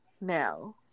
now